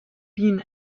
been